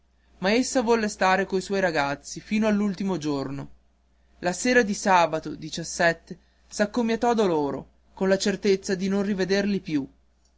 essa volle stare fra i suoi ragazzi fino all'ultimo giorno la sera di sabato s accomiatò da loro con la certezza di non rivederli più